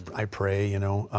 i pray, you know.